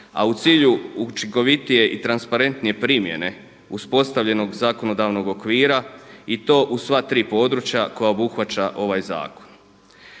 a u cilju učinkovitije i transparentnije primjene uspostavljenog zakonodavnog okvira i to u sva tri područja koja obuhvaća ovaj zakon.